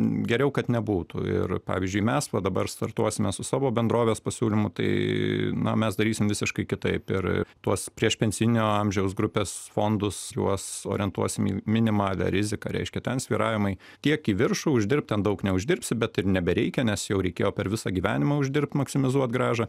geriau kad nebūtų ir pavyzdžiui mes va dabar startuosime su savo bendrovės pasiūlymu tai na mes darysim visiškai kitaip ir tuos priešpensijinio amžiaus grupes fondus juos orientuosim į minimalią riziką reiškia ten svyravimai tiek į viršų uždirb ten daug neuždirbsi bet ir nebereikia nes jau reikėjo per visą gyvenimą uždirbt maksimizuot grąžą